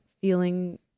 feeling